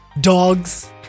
dogs